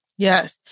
Yes